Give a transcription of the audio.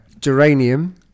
geranium